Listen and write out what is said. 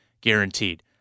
guaranteed